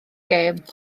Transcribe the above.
gêm